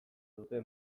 dute